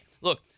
look